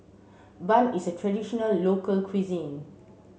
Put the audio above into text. bun is a traditional local cuisine